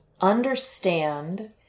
understand